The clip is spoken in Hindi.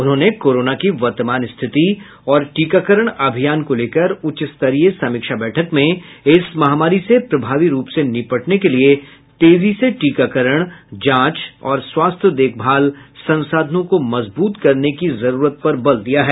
उन्होंने कोरोना की वर्तमान रिथिति और टीकाकरण अभियान को लेकर उच्च स्तरीय समीक्षा बैठक में इस महामारी से प्रभावी रूप से निपटने के लिए तेजी से टीकाकरण जांच और स्वास्थ्य देखभाल संसाधनों को मजबूत करने की जरूरत पर बल दिया है